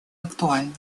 актуальным